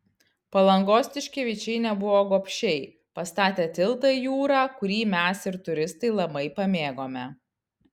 palangos tiškevičiai nebuvo gobšiai pastatė tiltą į jūrą kurį mes ir turistai labai pamėgome